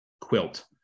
quilt